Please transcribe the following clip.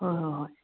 ꯍꯣꯏ ꯍꯣꯏ ꯍꯣꯏ